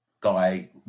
guy